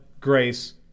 grace